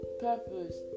purpose